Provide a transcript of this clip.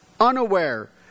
unaware